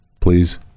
please